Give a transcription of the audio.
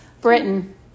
Britain